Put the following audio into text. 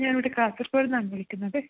ഞാനിവിടെ കാസർഗോഡ് നിന്നാണ് വിളിക്കുന്നത്